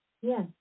Yes